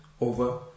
over